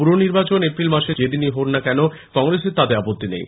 পুরনির্বাচন April মাসের যে দিনই হোক না কেন কংগ্রেসের আপত্তি নেই